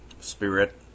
Spirit